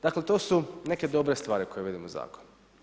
Dakle, to su neke dobre stvari koje vidim u zakonu.